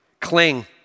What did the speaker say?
cling